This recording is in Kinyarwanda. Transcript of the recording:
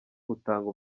butanga